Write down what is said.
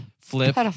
Flip